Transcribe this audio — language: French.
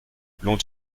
l’ont